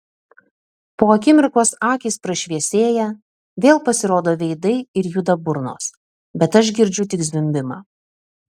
po akimirkos akys prašviesėja vėl pasirodo veidai ir juda burnos bet aš girdžiu tik zvimbimą